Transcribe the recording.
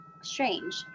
strange